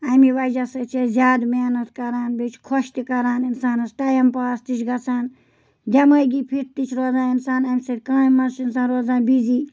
اَمہِ وجہ سۭتۍ چھِ أسۍ زیادٕ محنت کَران بیٚیہِ چھُ خۄش تہِ کَران اِنسانَس ٹایم پاس تہِ چھِ گژھان دٮ۪مٲغی فِٹ تہِ چھِ روزان اِنسان اَمہِ سۭتۍ کامہِ منٛز چھِ اِنسان روزان بِزِی